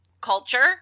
culture